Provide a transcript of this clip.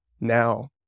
now